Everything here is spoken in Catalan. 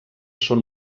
són